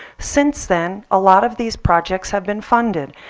since then, a lot of these projects have been funded.